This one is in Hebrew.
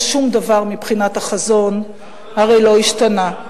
אז שום דבר מבחינת החזון הרי לא השתנה.